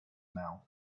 mouth